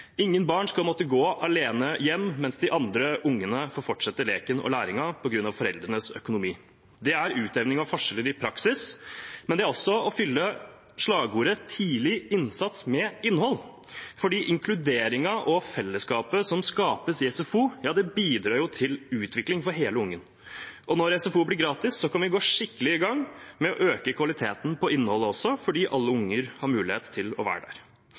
Ingen barn skal på grunn av foreldrenes økonomi måtte gå alene hjem mens de andre ungene får fortsette leken og læringen. Det er utjevning av forskjeller i praksis. Det er også å fylle slagordet «tidlig innsats» med innhold, fordi inkluderingen og fellesskapet som skapes i SFO, bidrar til utvikling for hele barnet. Når SFO blir gratis, kan vi gå skikkelig i gang med å øke kvaliteten på innholdet også, fordi alle unger har mulighet til å være der.